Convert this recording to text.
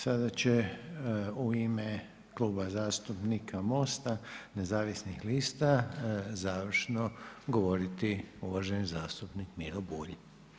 Sada će u ime Kluba zastupnika MOST-a nezavisnih lista, završno govoriti uvaženi zastupnik Miro Bulj.